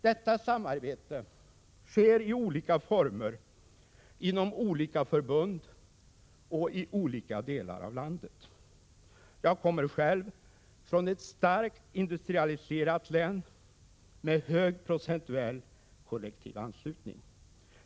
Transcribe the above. Detta samarbete sker i olika former, inom olika förbund och i olika delar av landet. Jag kommer själv från ett starkt industrialiserat län med en procentuellt hög kollektiv anslutning.